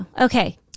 Okay